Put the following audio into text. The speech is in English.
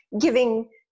giving